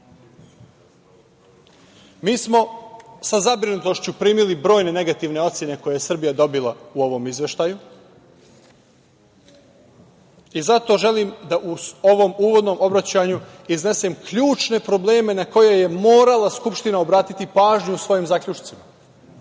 smo sa zabrinutošću primili brojne negativne ocene koje je Srbija dobila u ovom izveštaju i zato želim da u ovom uvodnom obraćanju iznesem ključne probleme na koje je morala Skupština obratiti pažnju u svojim zaključcima.